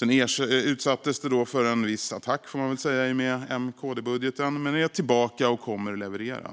Det utsattes för en viss attack, får man väl säga, i och med M-KD-budgeten men är nu tillbaka och kommer att leverera.